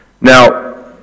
Now